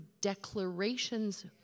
declarations